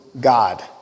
God